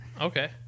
Okay